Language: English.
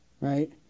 right